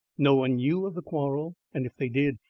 no one knew of the quarrel and if they did,